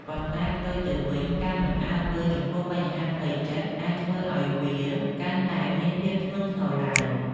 ប៉ុន្តែ ផ្ទុយទៅវិញ ការមិនអើពើចំពោះបញ្ហាផ្លូវចិត្តអាចធ្វើឲ្យវាកាន់តែមានភាពធ្ងន់ធ្ងរឡើង។